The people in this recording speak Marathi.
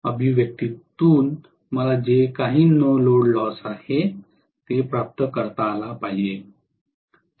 या अभिव्यक्तीतून मला जे काही नो लोड लॉस आहे ते प्राप्त करता आले पाहिजे